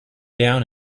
down